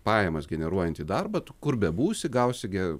pajamas generuojantį darbą tu kur bebūsi gausi ge